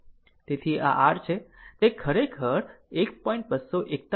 તેથી આ r છે તે ખરેખર 1